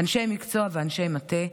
אנשי מקצוע ואנשי מטה,